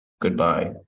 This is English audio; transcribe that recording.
Goodbye